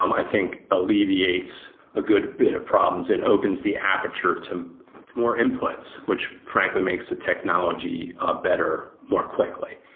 um i think alleviates a good bit of problems and opens the aperture to more inputs, which frankly makes a technology ah better more quickly.